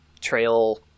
Trail